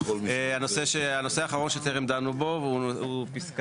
הנושא האחרון שטרם דנו בו, הוא פסקה